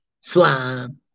Slime